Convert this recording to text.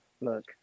look